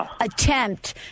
attempt